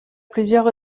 plusieurs